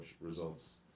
results